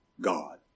God